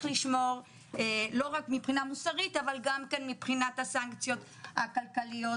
לשמור לא רק מבחינה מוסרית אלא גם מבחינת הסנקציות הכלכליות.